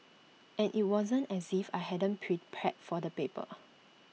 and IT wasn't as if I hadn't prepared for the paper